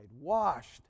washed